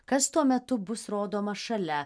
kas tuo metu bus rodoma šalia